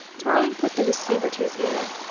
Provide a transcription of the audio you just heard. tarling put the receiver to his ear.